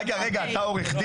רגע, רגע, אתה עורך דין?